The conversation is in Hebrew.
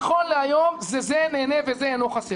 נכון להיום זה: זה נהנה וזה לא חסר.